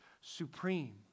supreme